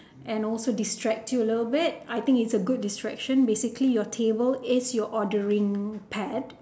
and also distract you a little bit I think is a good distraction basically your table is your ordering pad